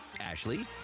Ashley